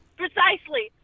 precisely